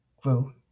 grew